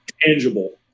tangible